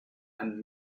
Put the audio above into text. and